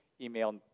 email